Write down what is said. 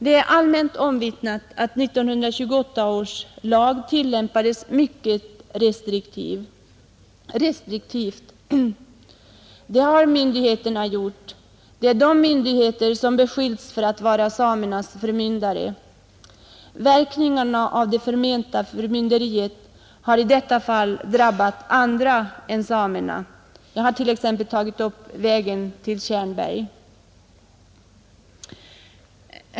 Det är allmänt omvittnat att 1928 års lag tillämpats mycket restriktivt av de myndigheter som beskyllts för att vara samernas förmyndare. Verkningarna av det förmenta förmynderiet har i detta fall drabbat andra än samerna. Jag har t.ex. nämnt vägen till Tjärnberg.